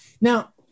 now